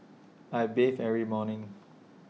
I bathe every morning